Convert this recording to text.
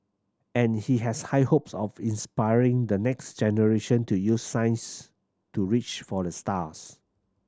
and he has high hopes of inspiring the next generation to use science to reach for the stars